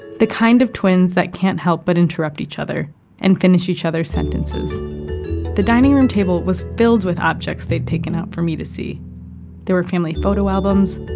the kind of twins that can't help but interrupt each other and finish each other's sentences the dining room table was filled with objects they'd taken out for me to see there were family photo albums,